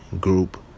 group